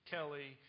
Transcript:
Kelly